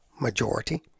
majority